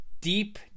Deep